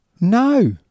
no